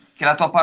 cattle,